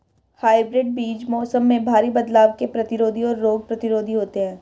hybrid बीज मौसम में भारी बदलाव के प्रतिरोधी और रोग प्रतिरोधी होते हैं